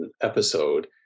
episode